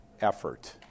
effort